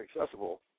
accessible